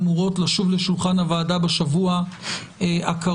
אמורות לשוב לשולחן הוועדה בשבוע הקרוב,